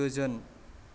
गोजोन